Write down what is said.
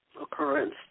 occurrence